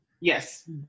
Yes